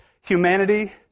humanity